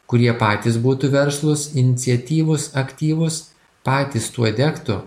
kurie patys būtų verslūs iniciatyvūs aktyvūs patys tuo degtu